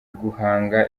guhanga